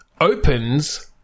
Opens